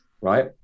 right